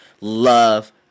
love